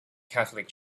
catholic